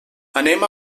anem